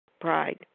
Pride